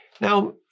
Now